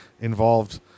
involved